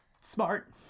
smart